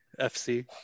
FC